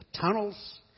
tunnels